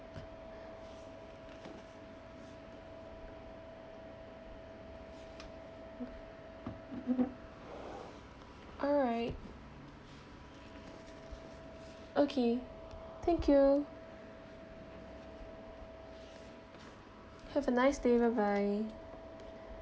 alright okay thank you have a nice day bye bye